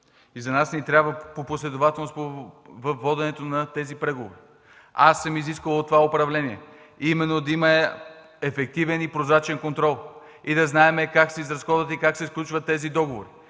На нас ни трябва последователност във воденето на тези преговори. Аз съм изискал от това управление да има ефективен и прозрачен контрол и да знае как се изразходват средствата и как се сключват тези договори.